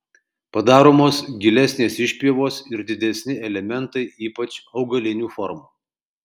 padaromos gilesnės išpjovos ir didesni elementai ypač augalinių formų